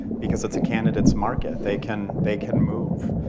because it's a candidates market, they can they can move.